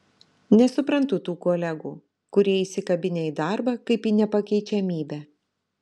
nesuprantu tų kolegų kurie įsikabinę į darbą kaip į nepakeičiamybę